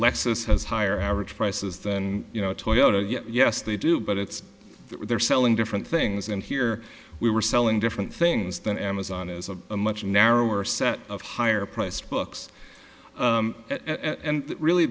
lexus has higher average prices than you know toyota yet yes they do but it's what they're selling different things and here we were selling different things than amazon is a much narrower set of higher priced books and really